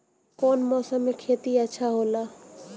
कौन मौसम मे खेती अच्छा होला?